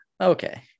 okay